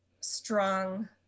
strong